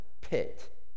pit